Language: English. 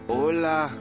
Hola